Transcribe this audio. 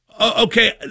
Okay